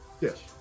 Yes